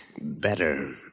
Better